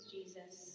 Jesus